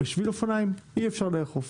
בשביל אופניים, אי אפשר לאכוף.